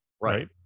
right